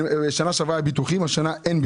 שנה שעברה היו ביטוחים והשנה אין ביטוחים.